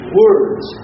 words